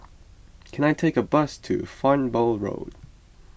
can I take a bus to Farnborough